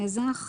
מזח,